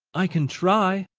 i can try.